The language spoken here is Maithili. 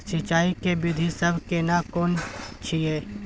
सिंचाई के विधी सब केना कोन छिये?